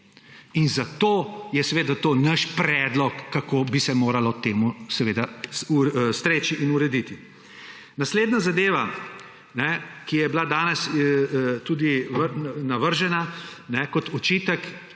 Zato je to naš predlog, kako bi se moralo temu seveda streči in urediti. Naslednja zadeva, ki je bila danes tudi navržena kot očitek: